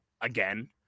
again